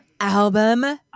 album